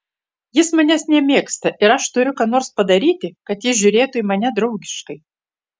jis manęs nemėgsta ir aš turiu ką nors padaryti kad jis žiūrėtų į mane draugiškai